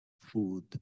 food